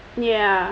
ya